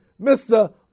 Mr